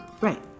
Right